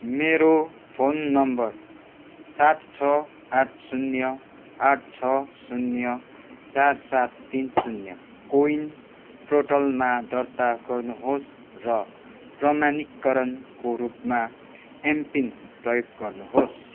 मेरो phone number सात छ आठ शून्य आठ छ शून्य चार सात तिन शून्य को विन पोर्टलमा दर्ता गर्नुहोस् र प्रमाणीकरणको रूपमा एमपिन प्रयोग गर्नुहोस्